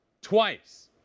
twice